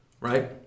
right